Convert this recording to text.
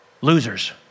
Losers